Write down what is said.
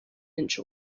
inch